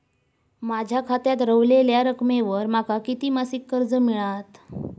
माझ्या खात्यात रव्हलेल्या रकमेवर माका किती मासिक कर्ज मिळात?